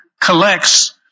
collects